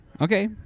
Okay